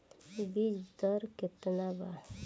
बीज दर केतना वा?